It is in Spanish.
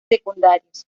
secundarios